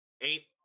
Eight